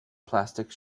plastic